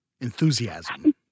enthusiasm